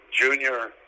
junior